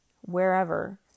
wherever